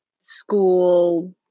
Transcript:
school